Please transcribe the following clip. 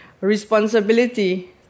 Responsibility